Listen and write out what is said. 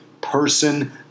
person